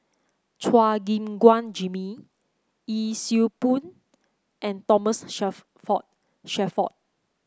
Chua Gim Guan Jimmy Yee Siew Pun and Thomas Shelford Shelford